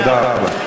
תודה רבה.